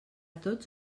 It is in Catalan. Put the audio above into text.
tots